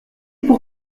pour